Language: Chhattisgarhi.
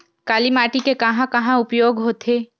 काली माटी के कहां कहा उपयोग होथे?